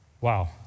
Wow